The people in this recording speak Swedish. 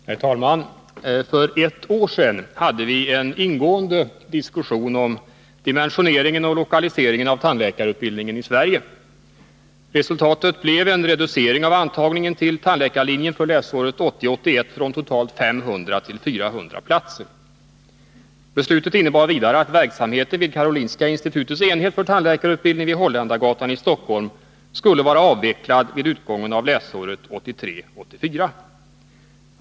Herr talman! För ett år sedan hade vi en ingående diskussion om dimensioneringen och lokaliseringen av tandläkarutbildningen i Sverige. Resultatet blev en reducering av antagningen till tandläkarlinjen för läsåret 1980 84.